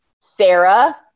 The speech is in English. Sarah